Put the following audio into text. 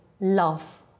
love